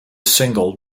single